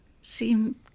seem